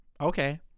Okay